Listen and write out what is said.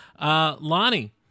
Lonnie